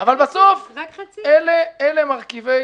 אלה מרכיבי